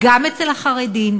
גם אצל החרדים,